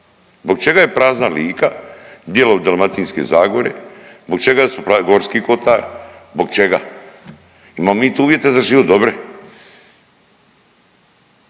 Zbog čega je prazna Lika, dijelovi Dalmatinske zagore? Zbog čega su prazni Gorski Kotar? Zbog čega? Imamo mi tu uvjete za život, dobre.